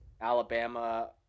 Alabama